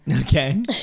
Okay